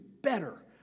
better